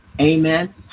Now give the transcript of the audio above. Amen